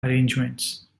arrangements